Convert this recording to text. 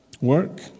Work